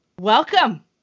welcome